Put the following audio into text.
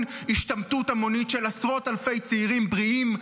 השתמטות המונית של עשרות אלפי צעירים בריאים,